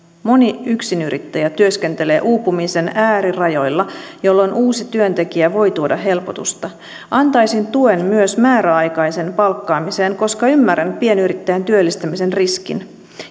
moni yksinyrittäjä työskentelee uupumisen äärirajoilla jolloin uusi työntekijä voi tuoda helpotusta antaisin tuen myös määräaikaisen palkkaamiseen koska ymmärrän pienyrittäjän työllistämisen riskin